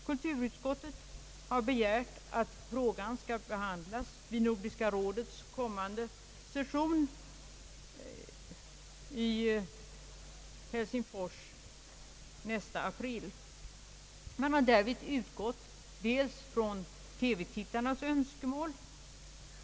Kulturutskottet har begärt att frågan skall behandlas vid Nordiska rådets kommande session i Helsingfors nästa april. Man har därvid utgått bl.a. från TV-tittarnas önskemål.